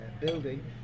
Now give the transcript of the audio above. building